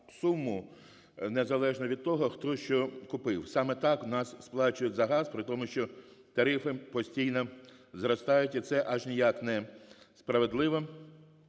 суму, незалежно від того, хто що купив. Саме так у нас сплачують за газ, при тому що тарифи постійно зростають, і це аж ніяк несправедливо.